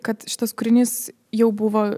kad šitas kūrinys jau buvo